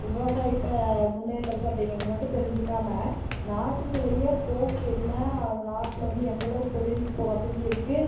விவசாயத்தை முன்னேற்றது அப்படிங்கறது மட்டும் தெரிஞ்சிக்காமல் நாட்டினுடைய போக்கு என்ன அந்த நாட்டில் வந்து எந்த அளவுக்கு தொழில்நுட்ப வசதி இருக்கு